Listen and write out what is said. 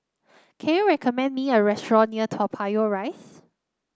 can you recommend me a restaurant near Toa Payoh Rise